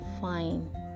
fine